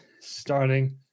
starting